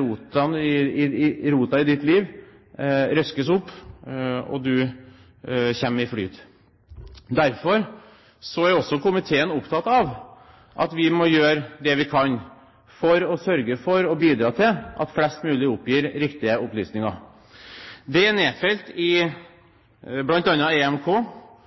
roten i ditt liv, røskes opp og du kommer i flyt. Derfor er også komiteen opptatt av at vi må gjøre det vi kan for å sørge for å bidra til at flest mulig gir riktige opplysninger. Det er nedfelt i bl.a. EMK